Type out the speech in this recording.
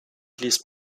liest